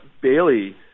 Bailey